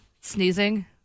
Sneezing